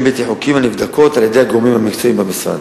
בלתי-חוקיים הנבדקות על-ידי הגורמים המקצועיים במשרד.